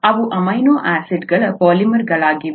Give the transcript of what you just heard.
ಅವು ಅಮೈನೋ ಆಸಿಡ್ಗಳ ಪಾಲಿಮರ್ಗಳಾಗಿವೆ